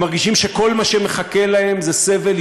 הם מרגישים שכל מה שמחכה להם זה סבל,